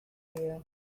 you